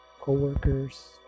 Co-workers